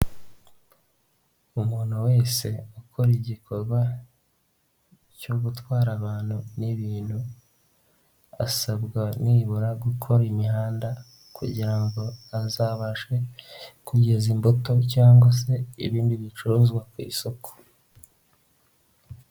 Umuntu wese akora igikorwa cyo gutwara abantu n'ibintu asabwa nibura gukora imihanda kugira ngo azabashe kugeza imbuto cyangwa se ibindi bicuruzwa ku isoko.